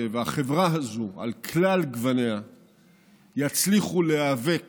והחברה הזו על כלל גווניה יצליחו להיאבק